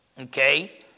okay